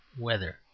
weather